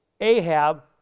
Ahab